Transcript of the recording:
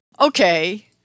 Okay